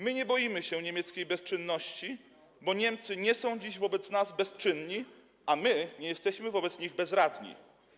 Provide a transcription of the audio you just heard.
My nie boimy się niemieckiej bezczynności, bo Niemcy nie są dziś wobec nas bezczynni, a my nie jesteśmy wobec nich bezradni.